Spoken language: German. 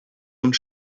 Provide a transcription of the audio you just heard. und